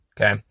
Okay